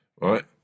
right